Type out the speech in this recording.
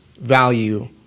value